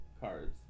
cards